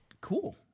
Cool